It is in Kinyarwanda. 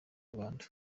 rwanda